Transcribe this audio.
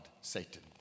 Satan